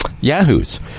yahoos